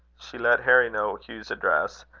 she let harry know hugh's address,